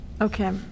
Okay